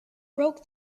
broke